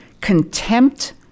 contempt